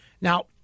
Now